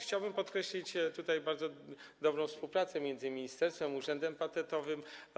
Chciałbym podkreślić tutaj bardzo dobrą współpracę między ministerstwem i Urzędem Patentowym.